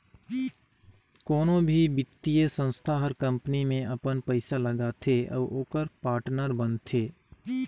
कोनो भी बित्तीय संस्था हर कंपनी में अपन पइसा लगाथे अउ ओकर पाटनर बनथे